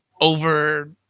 over